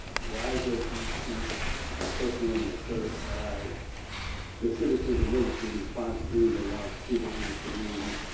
why does he keep a person on the assertive by the citizens emergency response team that wants people in this community?